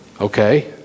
okay